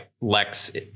Lex